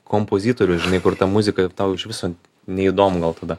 kompozitorius žinai kur ta muzika tau iš viso neįdomu gal tada